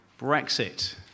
Brexit